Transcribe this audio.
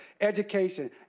education